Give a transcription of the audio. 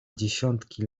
dziesiątki